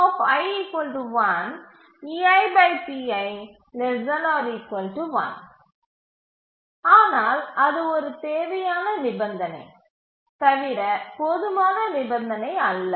ஆனால் அது ஒரு தேவையான நிபந்தனை தவிர போதுமான நிபந்தனை அல்ல